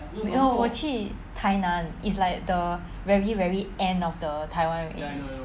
没有我去台南 is like the very very end of the taiwan already